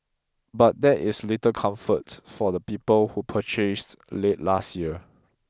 but that is little comfort for the people who purchased late last year